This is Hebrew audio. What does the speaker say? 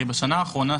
השנה האחרונה,